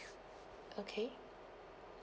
okay